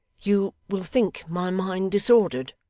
you will think my mind disordered